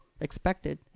expected